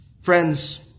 Friends